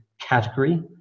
category